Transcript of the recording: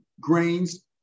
grains